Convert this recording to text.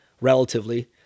relatively